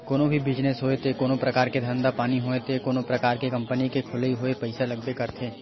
कोनो भी बिजनेस होय ते कोनो परकार के धंधा पानी होय ते कोनो परकार के कंपनी के खोलई होय पइसा लागबे करथे